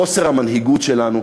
חוסר המנהיגות שלנו.